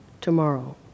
tomorrow